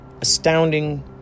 astounding